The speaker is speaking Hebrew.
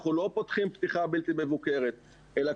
אנחנו לא פותחים פתיחה בלתי מבוקרת אלא